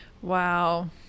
Wow